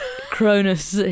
Cronus